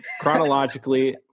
Chronologically